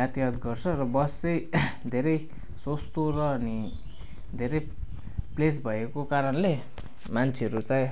यातायात गर्छ र बस चाहिँ धेरै सस्तो र अनि धेरै प्लेस भएको कारणले मान्छेहरू चाहिँ